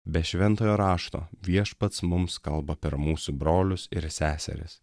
be šventojo rašto viešpats mums kalba per mūsų brolius ir seseris